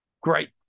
great